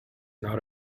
not